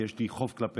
כי יש לי חוב כלפיך: